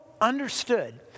understood